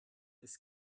ist